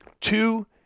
Two